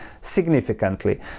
significantly